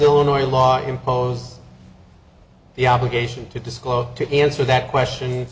illinois law impose the obligation to disclose to answer that question